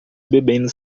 bebendo